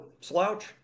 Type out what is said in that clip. slouch